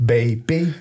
Baby